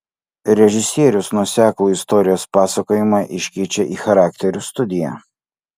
režisierius nuoseklų istorijos pasakojimą iškeičia į charakterių studiją